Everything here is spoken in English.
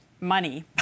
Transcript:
money